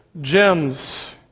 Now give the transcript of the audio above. gems